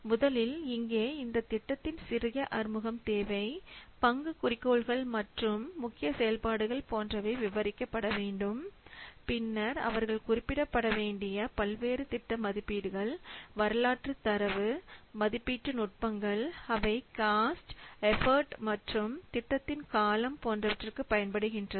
முதலில் இங்கே இந்த திட்டத்தின் சிறிய அறிமுகம் தேவை பங்கு குறிக்கோள்கள் மற்றும் முக்கிய செயல்பாடுகள் போன்றவை விவரிக்கப்ப வேண்டும் பின்னர் அவர்கள் குறிப்பிடவேண்டிய பல்வேறு திட்ட மதிப்பீடுகள் வரலாற்றுத் தரவு மதிப்பீட்டு நுட்பங்கள் அவை காஸ்ட் எஃபாட் மற்றும் திட்டத்தின் காலம் போன்றவற்றிற்கு பயன்படுகின்றது